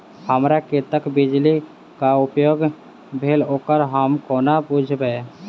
हमरा कत्तेक बिजली कऽ उपयोग भेल ओकर हम कोना बुझबै?